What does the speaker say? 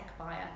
Techbuyer